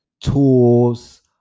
tools